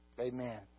Amen